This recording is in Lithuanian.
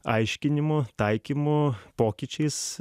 aiškinimo taikymo pokyčiais